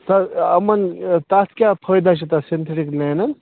سر یِمن تَتھ کیٛاہ فٲیدا چھُ تَتھ سَِنتھِِٹِک مینَن